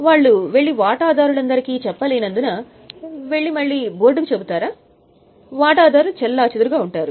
వాళ్ళు వెళ్లి వాటాదారులందరికీ చెప్పలేనందున వారు మళ్ళీ వెళ్లి బోర్డుకి చెబుతారా వాటాదారులు చెల్లాచెదురుగా ఉన్నారు